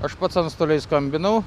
aš pats antstoliui skambinau